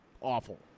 awful